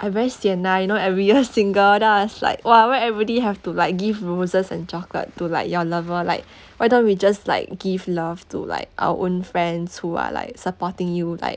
I very sian ah you know every year single then I was like !wah! why everybody have to like give roses and chocolate to like your lover like why don't we just like give love to like our own friends who are like supporting you like